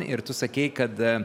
ir tu sakei kad